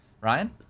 Ryan